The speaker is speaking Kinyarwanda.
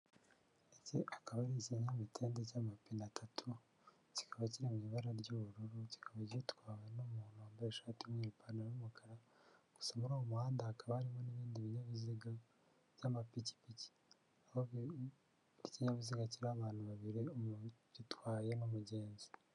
Ndetse akaba arizyamitende z'amapine atatu kikaba kiri mu ibara ry'ubururu kikaba gitwawe n'umuntu wambaye ishati imwe'ipantaro y'umukara gusa muri uwo muhanda hakaba harimo n'ibindi binyabiziga by'amapikipiki aho'ikinyabiziga kirimo abantu babiri umu gitwaye n'umugenzi.